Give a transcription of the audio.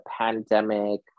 pandemic